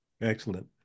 Excellent